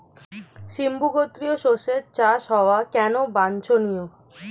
সিম্বু গোত্রীয় শস্যের চাষ হওয়া কেন বাঞ্ছনীয়?